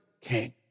king